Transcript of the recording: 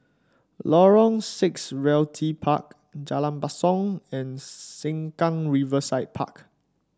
Lorong Six Realty Park Jalan Basong and Sengkang Riverside Park